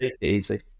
easy